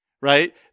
Right